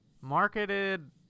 marketed